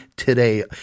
Today